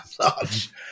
large